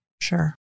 Sure